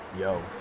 yo